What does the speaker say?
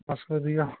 ਬਸ ਵਧੀਆ